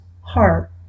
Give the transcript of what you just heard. heart